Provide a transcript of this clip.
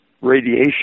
radiation